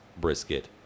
brisket